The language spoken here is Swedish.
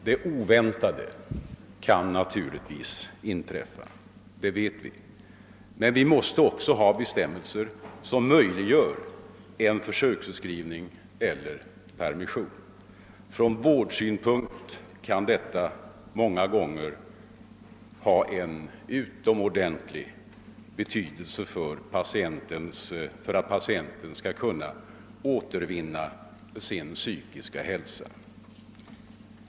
Det oväntade kan naturligtvis inträffa. Det vet vi, men vi måste också ha bestämmelser som möjliggör en försöksutskrivning eller permission. Från vårdsynpunkt kan detta många gånger ha en utomordentlig betydelse för att patienten skall kunna återvinna sin psykiska hälsa.